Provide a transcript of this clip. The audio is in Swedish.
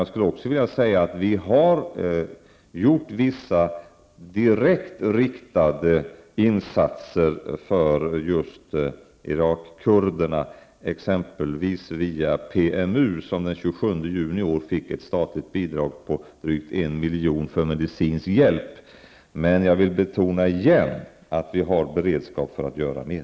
Jag skulle också vilja säga att vi har gjort vissa direkt riktade insatser för just Irakkurderna, exempelvis via PMU, som den 27 juni i år fick ett statligt bidrag på drygt 1 milj.kr. till teknisk hjälp. Men jag vill betona att vi har beredskap för att göra mer.